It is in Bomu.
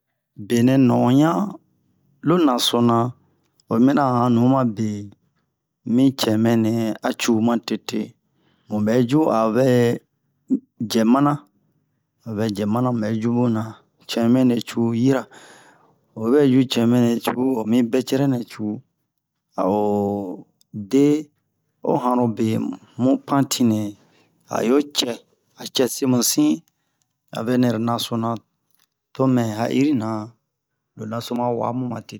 benɛ nu'onɲan lo naso na oyi miniyan a o han nu mabe mi cɛmɛ nɛ a cu matete mubɛ ju a o vɛ cɛ mana a o vɛ cɛ mana muɓɛ ju mu na cɛmɛ nɛ cu yira oyi ɓɛ ju cɛmɛ nɛ omi bɛcɛrɛ nɛ cu a o de o han-ro be mu pantine a yo cɛ a cɛ semusin a vɛ nɛro nasona to mɛ ha'irina lo naso ma wa mu matete